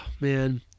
man